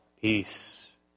peace